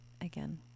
Again